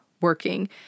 working